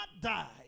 die